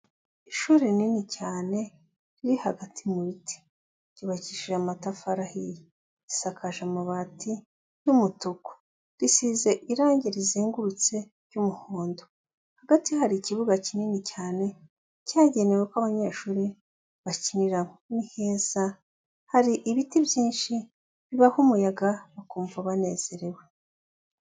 Ishuri rinini cyane riri hagati mu biti, ryubakishije amatafarihiye isakaje amabati y'umutuku risize irangi rizengurutse ry'umuhondo, hagati hari ikibuga kinini cyane cyagenewe ko abanyeshuri bakiniraho. Ni heza hari ibiti byinshi bibaha umuyaga bakumva banezerewe.